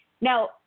Now